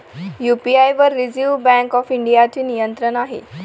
UPI वर reserve bank of इंडियाचे नियंत्रण आहे